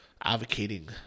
advocating